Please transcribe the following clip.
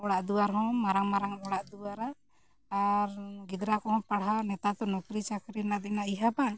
ᱚᱲᱟᱜ ᱫᱩᱣᱟᱹᱨ ᱦᱚᱸ ᱢᱟᱨᱟᱝ ᱢᱟᱨᱟᱝ ᱮᱢ ᱚᱲᱟᱜ ᱫᱩᱣᱟᱨᱟ ᱟᱨ ᱜᱤᱫᱽᱨᱟᱹ ᱠᱚᱦᱚᱸ ᱯᱟᱲᱦᱟᱣ ᱱᱮᱛᱟᱨ ᱫᱚ ᱱᱚᱠᱨᱤ ᱪᱟᱹᱠᱨᱤ ᱨᱮᱱᱟᱜ ᱫᱤᱱᱟᱹ ᱤᱭᱟᱹ ᱵᱟᱝ